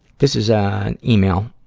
this is, ah, an email